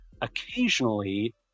occasionally